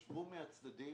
ישבו מהצדדים